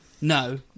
No